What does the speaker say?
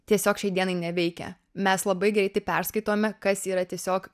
tiesiog šiai dienai neveikia mes labai greitai perskaitome kas yra tiesiog